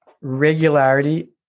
regularity